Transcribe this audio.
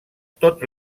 tot